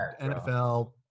NFL